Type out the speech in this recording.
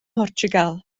mhortiwgal